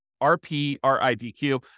R-P-R-I-D-Q